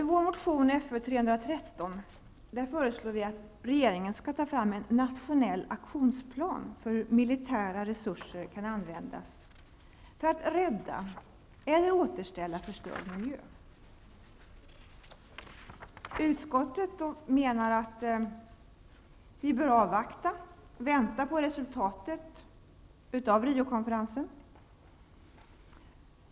I vår motion Fö313 föreslår vi att regeringen skall ta fram en nationell aktionsplan för hur militära resurser kan användas för att rädda eller återställa förstörd miljö. Utskottet menar att vi bör vänta på resultatet av Rio-konferensen.